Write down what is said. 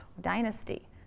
dynasty